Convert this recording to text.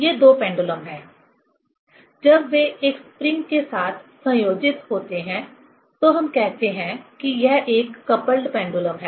ये दो पेंडुलम हैं जब वे एक स्प्रिंग के साथ संयोजित होते हैं तो हम कहते हैं कि यह एक कपल्ड पेंडुलम है